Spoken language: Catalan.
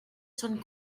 són